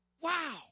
Wow